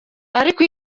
ariko